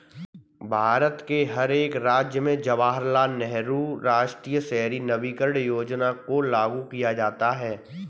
भारत के हर एक राज्य में जवाहरलाल नेहरू राष्ट्रीय शहरी नवीकरण योजना को लागू किया गया है